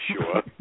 Sure